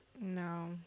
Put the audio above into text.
no